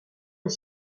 est